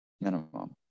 minimum